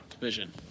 vision